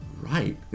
right